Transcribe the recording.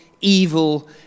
evil